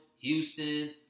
Houston